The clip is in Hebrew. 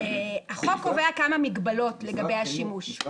החוק קובע כמה מגבלות לגבי השימוש --- משרד